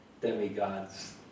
demigods